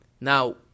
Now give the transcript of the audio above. Now